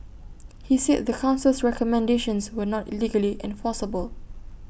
he said the Council's recommendations were not legally enforceable